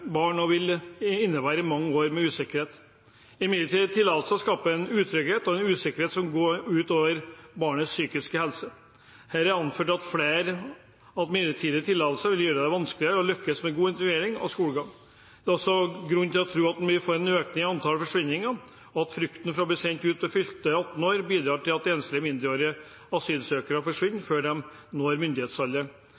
barn og vil innebære mange år med usikkerhet. Midlertidig tillatelse vil skape utrygghet og usikkerhet som går ut over barnets psykiske helse. Her er det anført at flere midlertidige tillatelser vil gjøre det vanskeligere å lykkes med god integrering og skolegang. Det er også grunn til å tro at vi vil få en øking i antall forsvinninger, og at frykten for å bli sendt ut etter fylte 18 år bidrar til at enslige mindreårige asylsøkere forsvinner